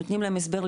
נותנים להם הסבר,